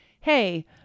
Hey